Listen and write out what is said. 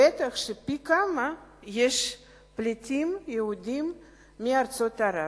ודאי שיש פי כמה פליטים יהודים מארצות ערב.